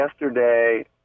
yesterday